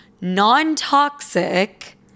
non-toxic